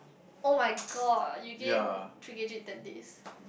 oh-my-god you gain three K_G in ten days